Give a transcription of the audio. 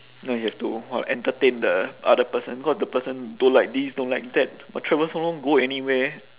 no you have to !wah! entertain the other person cause the person don't like this don't like that but travel so long go anywhere